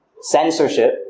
censorship